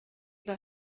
war